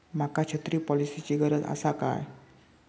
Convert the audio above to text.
माका छत्री पॉलिसिची गरज आसा काय?